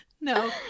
No